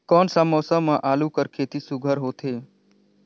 कोन सा मौसम म आलू कर खेती सुघ्घर होथे?